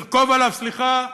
לרכוב עליו, סליחה,